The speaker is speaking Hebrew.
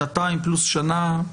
שנתיים פלוס שנה.